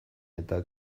eta